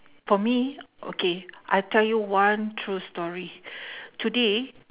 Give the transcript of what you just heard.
for me okay I tell you one true story today